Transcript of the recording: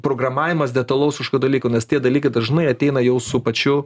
programavimas detalaus kažkokio dalyko nes tie dalykai dažnai ateina jau su pačiu